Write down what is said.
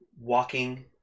walking